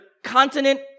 Continent